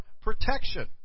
protection